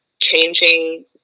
changing